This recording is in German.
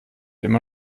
immer